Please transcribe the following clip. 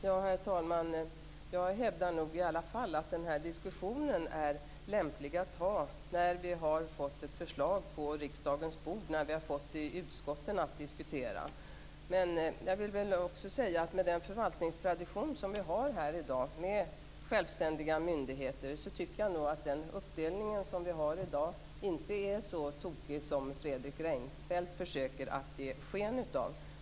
Herr talman! Jag hävdar nog i alla fall att den här diskussionen är lämplig att ta när vi har fått ett förslag på riksdagens bord och kan diskutera det i utskotten. Men jag vill också säga att med vår förvaltningstradition med självständiga myndigheter tycker jag nog att den uppdelning som vi har i dag inte är så tokig som Fredrik Reinfeldt försöker ge sken av.